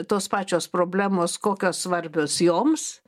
tos pačios problemos kokios svarbios joms